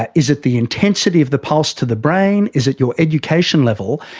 ah is it the intensity of the pulse to the brain, is it your education level?